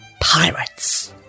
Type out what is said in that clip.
Pirates